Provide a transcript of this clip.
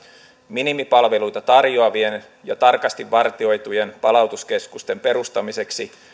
minimipalveluita tarjoa vien ja tarkasti vartioitujen palautuskeskusten perustamiseksi